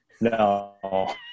No